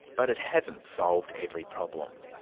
but it hasn't solved every problem.